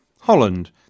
Holland